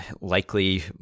Likely